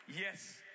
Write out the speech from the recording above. Yes